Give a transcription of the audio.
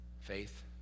Faith